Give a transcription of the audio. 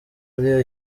ari